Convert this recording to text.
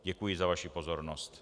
Děkuji za vaši pozornost.